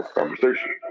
conversation